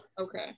okay